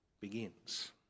begins